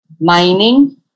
mining